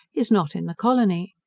is not in the colony.